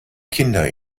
kinder